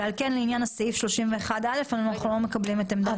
ועל כן לעניין סעיף 31(א) אנחנו לא מקבלים את עמדתכם.